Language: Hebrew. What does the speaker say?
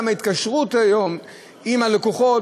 ההתקשרות היום עם הלקוחות,